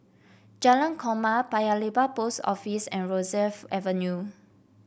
Jalan Korma Paya Lebar Post Office and Rosyth Avenue